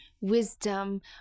wisdom